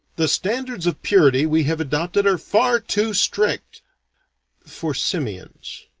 the standards of purity we have adopted are far too strict for simians.